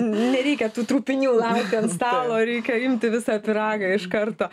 nereikia tų trupinių laukti ant stalo reikia imti visą pyragą iš karto